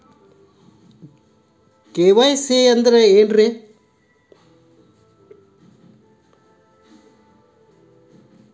KYC ಅಂದ್ರೇನು?